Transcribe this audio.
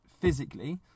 physically